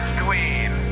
queen